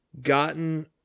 gotten